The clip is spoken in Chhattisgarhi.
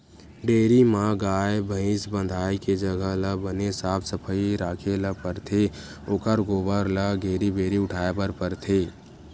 डेयरी म गाय, भइसी बंधाए के जघा ल बने साफ सफई राखे ल परथे ओखर गोबर ल घेरी भेरी उठाए बर परथे